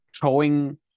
throwing